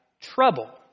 trouble